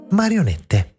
marionette